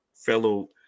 fellow